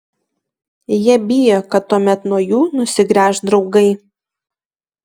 jie bijo kad tuomet nuo jų nusigręš draugai